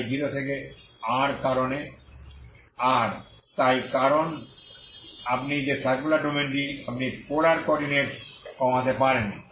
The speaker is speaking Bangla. তাই 0 থেকে r তাই কারণ আপনি যে সার্কুলার ডোমেইনটি আপনি পোলার কোঅর্ডিনেটে কমাতে পারেন